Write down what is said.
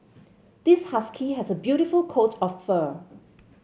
this husky has a beautiful coat of fur